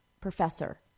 professor